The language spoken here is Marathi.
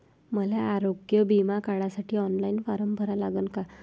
मले आरोग्य बिमा काढासाठी ऑनलाईन फारम भरा लागन का?